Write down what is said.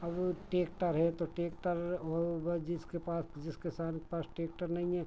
अब टेक्टर है तो टेक्टर ओ होगा जिसके पास फिर जिस किसान के पास टेक्टर नहीं है